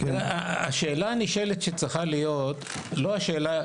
השאלה הנשאלת שצריכה להיות לא השאלה,